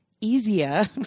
easier